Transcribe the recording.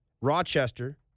Rochester